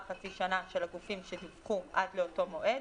חצי שנה של הגופים שדיווחו עד לאותו מועד,